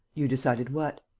you decided what?